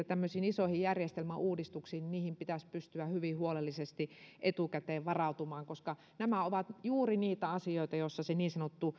tämmöisiin isoihin järjestelmäuudistuksiin pitäisi pystyä hyvin huolellisesti etukäteen varautumaan koska nämä ovat juuri niitä asioita joissa se niin sanottu